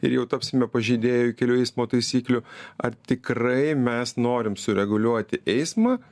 ir jau tapsime pažeidėju kelių eismo taisyklių ar tikrai mes norim sureguliuoti eismą